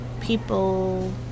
people